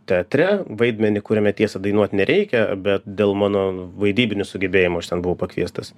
teatre vaidmenį kuriame tiesa dainuot nereikia bet dėl mano vaidybinių sugebėjimų aš ten buvau pakviestas